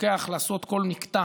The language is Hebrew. שלוקח לעשות כל מקטע